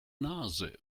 nase